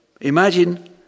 imagine